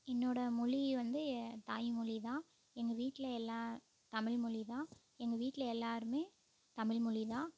என்னோடய மொழி வந்து என் தாய்மொழி தான் எங்கள் வீட்டில எல்லாம் தமில்மொழி தான் எங்கள் வீட்டில எல்லாருமே தமில்மொழி தான்